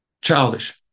childish